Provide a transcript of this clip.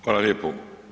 Hvala lijepo.